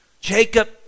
Jacob